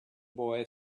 boy